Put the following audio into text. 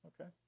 okay